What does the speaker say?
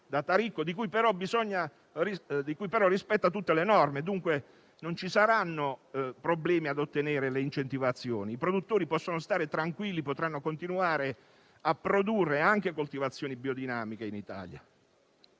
di cui però rispetta tutte le norme. Non ci saranno, dunque, problemi ad ottenere le incentivazioni. I produttori possono stare tranquilli, potranno continuare a produrre anche coltivazioni biodinamiche in Italia,